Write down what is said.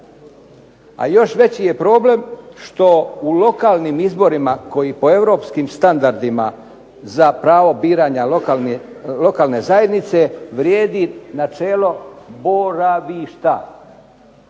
A još veći je problem što u lokalnim izborima koji po europskim standardima za pravo biranja lokalne zajednice vrijedi načelo boravišta.